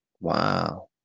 Wow